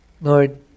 Lord